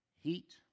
Heat